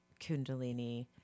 kundalini